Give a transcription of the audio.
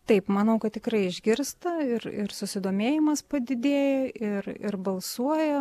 taip manau kad tikrai išgirsta ir ir susidomėjimas padidėja ir ir balsuoja